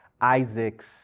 Isaac's